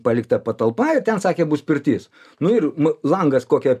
palikta patalpa ir ten sakė bus pirtis nu ir langas kokia